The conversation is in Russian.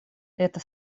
это